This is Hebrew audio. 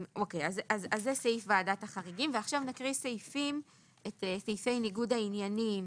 זה סעיף ועדת החריגים ועכשיו נקריא את סעיפי ניגוד העניינים,